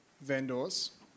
vendors